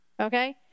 Okay